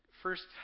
first